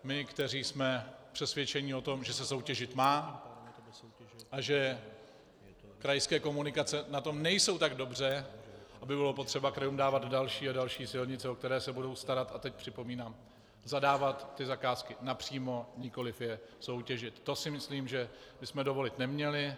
My, kteří jsme přesvědčeni o tom, že se soutěžit má a že krajské komunikace na tom nejsou tak dobře, aby bylo potřeba krajům dávat další a další silnice, o které se budou starat, a teď připomínám, zadávat ty zakázky napřímo, nikoliv je soutěžit, to si myslím, že bychom dovolit neměli.